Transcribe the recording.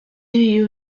you